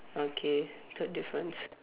okay third difference